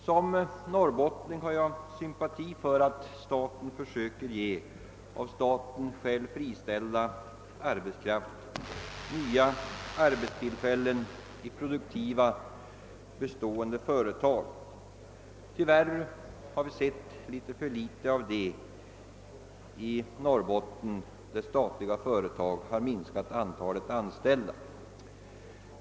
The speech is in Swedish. Som norrbottning har jag sympati för att staten söker ge av staten själv friställd arbetskraft nya arbetstillfällen i produktiva, bestående företag. Tyvärr har vi sett väl litet av det i Norrbotten när statliga företag har minskat antalet anställda.